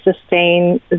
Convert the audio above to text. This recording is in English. sustain